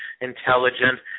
intelligent